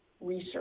research